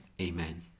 Amen